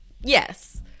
yes